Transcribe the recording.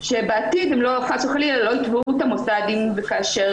שבעתיד הם לא יתבעו אותם, חס וחלילה.